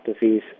disease